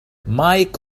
مايك